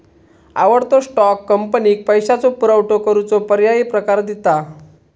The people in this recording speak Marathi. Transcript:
आवडतो स्टॉक, कंपनीक पैशाचो पुरवठो करूचो पर्यायी प्रकार दिता